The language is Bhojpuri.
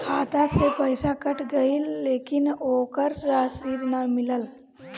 खाता से पइसा कट गेलऽ लेकिन ओकर रशिद न मिलल?